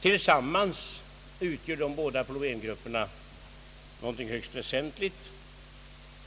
Tillsammans utgör de båda problemgrupperna någonting högst väsentligt.